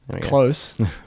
Close